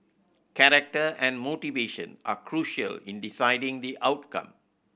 character and motivation are crucial in deciding the outcome